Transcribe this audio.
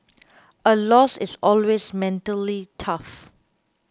a loss is always mentally tough